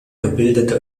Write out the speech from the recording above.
gebildete